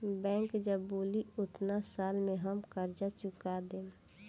bank जब बोली ओतना साल में हम कर्जा चूका देम